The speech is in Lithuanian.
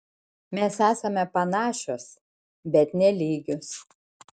mes esame panašios bet ne lygios